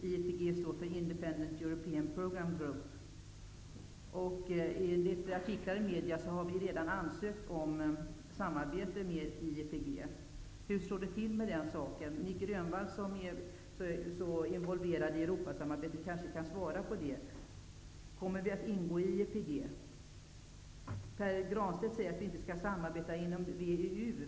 IEPG står för Independent European Program Group. Enligt artiklar i media har Sverige redan ansökt om samarbete med IEPG. Hur är det med den saken? Nic Grönvall, som är så involverad i Europasamarbetet, kanske kan svara på det. Kommer vi att ingå i IEPG? Pär Granstedt sade att vi inte skall samarbeta inom WEU.